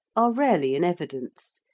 are rarely in evidence,